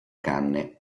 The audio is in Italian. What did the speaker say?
canne